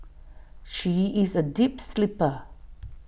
she is A deep sleeper